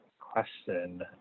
question